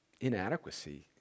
inadequacy